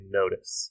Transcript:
notice